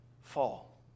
fall